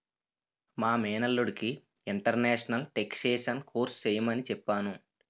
మా మేనల్లుడికి international taxation course చెయ్యమని చెప్పాను